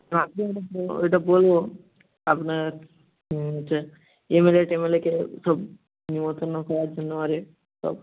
ভাবছিলাম ওইটা বলব আপনার হচ্ছে এমএলএ টে মএ লেকে সব নিমন্তন্ন করার জন্য আরে সব